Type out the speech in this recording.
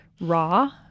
raw